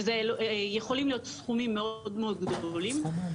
ואלה יכולים להיות סכומים גדולים מאוד.